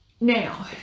Now